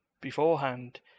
beforehand